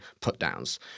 put-downs